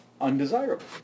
undesirable